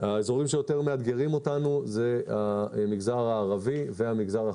האזורים שיותר מאתגרים אותנו זה המגזר הערבי והמגזר החרדי.